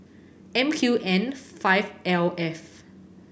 M Q N five L F